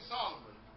Solomon